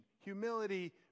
Humility